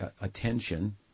attention